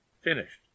finished